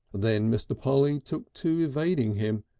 then mr. polly took to evading him,